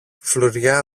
φλουριά